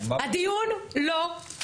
הדיון לא,